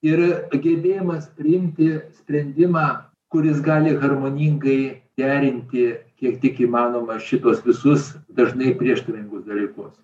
ir gebėjimas priimti sprendimą kuris gali harmoningai derinti kiek tik įmanoma šituos visus dažnai prieštaringus dalykus